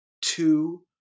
Two